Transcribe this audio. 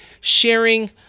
sharing